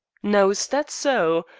now, is that so?